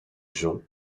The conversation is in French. joncs